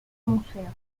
museo